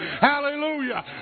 Hallelujah